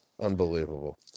Unbelievable